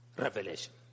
revelation